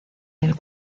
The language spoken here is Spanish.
del